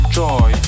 joy